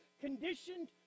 conditioned